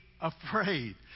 afraid